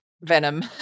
venom